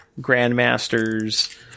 grandmasters